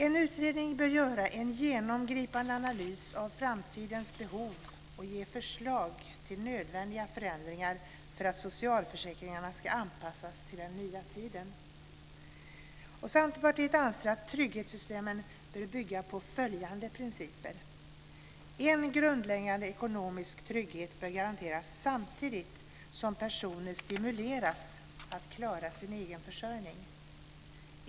En utredning bör göra en genomgripande analys av framtidens behov och ge förslag till nödvändiga förändringar för att socialförsäkringarna ska anpassas till den nya tiden. Centerpartiet anser att trygghetssystemet bör bygga på följande principer. En grundläggande ekonomisk trygghet bör garanteras samtidigt som personen stimuleras att klara sin egen försörjning.